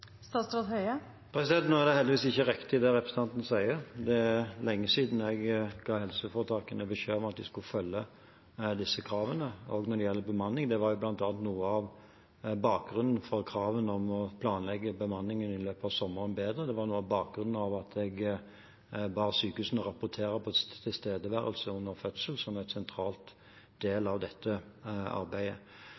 Nå er det heldigvis ikke riktig, det representanten sier. Det er lenge siden jeg ga helseforetakene beskjed om at de skulle følge disse kravene, også når det gjelder bemanning. Det var bl.a. noe av bakgrunnen for kravene om å planlegge bemanningen i løpet av sommeren bedre. Det var noe av bakgrunnen for at jeg ba sykehusene rapportere på tilstedeværelse under fødsel, som er en sentral del